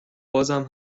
بازم